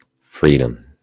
Freedom